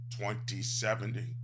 2070